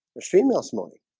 there's females money